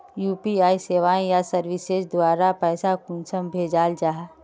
UPI सेवाएँ या services द्वारा पैसा कुंसम भेजाल जाहा?